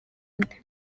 nde